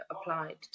applied